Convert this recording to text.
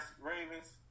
Ravens